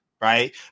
right